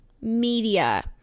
media